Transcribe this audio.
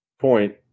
point